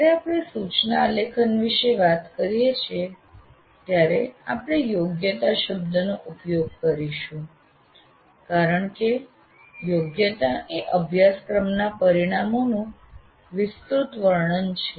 જ્યારે આપણે સૂચના આલેખન વિશે વાત કરીએ છીએ ત્યારે આપણે યોગ્યતા શબ્દનો ઉપયોગ કરીશું કારણ કે યોગ્યતા એ અભ્યાસક્રમના પરિણામોનું વિસ્તૃત વર્ણન છે